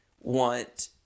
want